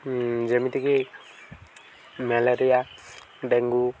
ଯେମିତିକି malaria dengue